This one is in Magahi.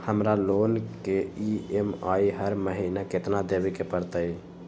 हमरा लोन के ई.एम.आई हर महिना केतना देबे के परतई?